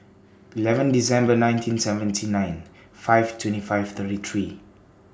eleven December nineteen seventy nine five twenty five thirty three